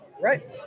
Right